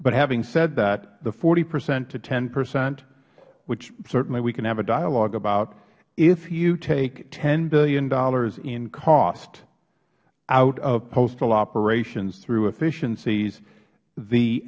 but having said that the forty percent to ten percent which certainly we can have a dialogue about if you take ten dollars billion in costs out of postal operations through efficiencies the